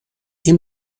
این